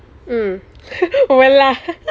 wallah